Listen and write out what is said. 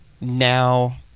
now